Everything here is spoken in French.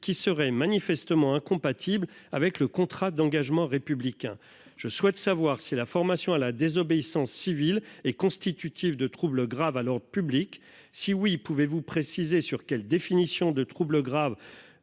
qui serait manifestement incompatible avec le contrat d'engagement républicain je souhaite savoir si la formation à la désobéissance civile est constitutif de troubles graves à l'ordre public. Si oui, pouvez-vous préciser sur quelle définition de troubles graves